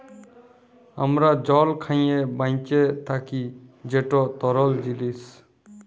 আমরা জল খাঁইয়ে বাঁইচে থ্যাকি যেট তরল জিলিস